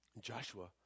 Joshua